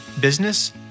Business